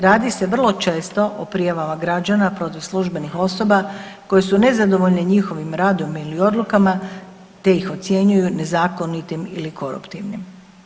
Radi se vrlo često o prijavama građana protiv službenih osoba koje su nezadovoljne njihovim radom ili odlukama te ih ocjenjuju nezakonitim ili koruptivnim.